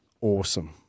awesome